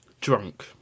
Drunk